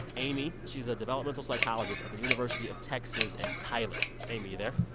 amy. she's a developmental psychologist at the university of texas at tyler. amy, you there?